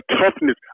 toughness